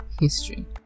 history